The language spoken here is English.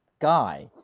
guy